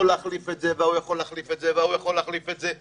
להחליף את זה וההוא יכול להחליף את זה,